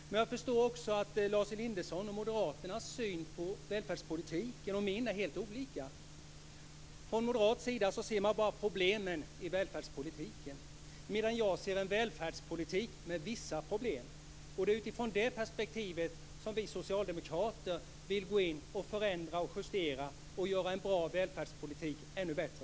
Jag förstår också att Lars Elindersons och moderaternas syn och min syn på välfärdspolitiken är helt olika. Från moderat sida ser man bara problemen i välfärdspolitiken. Jag ser en välfärdspolitik med vissa problem. Det är utifrån det perspektivet som vi socialdemokrater vill gå in och förändra, justera och göra en bra välfärdspolitik ännu bättre.